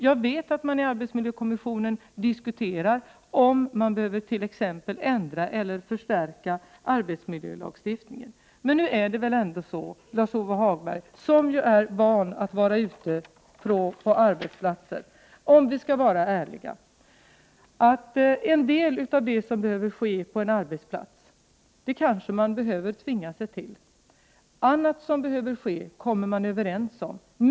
Jag vet att det i arbetsmiljökommissionen diskuteras huruvida man behöver ändra eller förstärka arbetsmiljölagstiftningen. Men det är väl ändå så — Lars-Ove Hagberg är ju van vid att vara ute på olika arbetsplatser — att om vi skall vara ärliga måste vi säga oss att en del av det som skall göras på en arbetsplats kan man behöva tvinga sig till, medan man när det gäller annat som behöver ske kommer överens om saken.